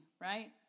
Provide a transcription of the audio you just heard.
right